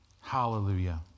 Hallelujah